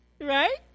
right